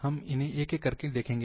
हम इन्हें एक एक करके देखेंगे